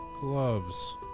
gloves